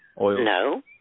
No